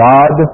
God